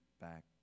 back